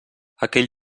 aquell